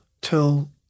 till